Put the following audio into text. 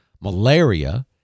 malaria